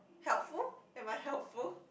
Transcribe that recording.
helpful am I helpful